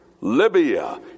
libya